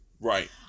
Right